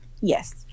Yes